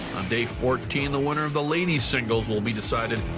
on day fourteen the winner of the ladies singles will be decided,